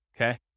okay